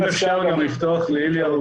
צריך להבדיל בתפיסה בין פרויקט שמפתחים טיילת או